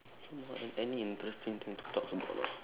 so now any interesting thing to talk about or not